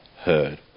heard